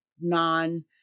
non